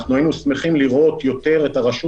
אנחנו היינו שמחים לראות יותר את הרשות